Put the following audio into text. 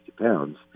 pounds